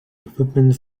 equipment